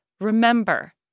remember